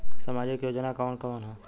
सामाजिक योजना कवन कवन ह?